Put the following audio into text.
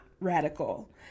radical